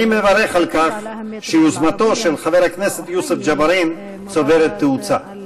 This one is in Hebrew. ואני מברך על כך שיוזמתו של חבר הכנסת יוסף ג'בארין צוברת תאוצה.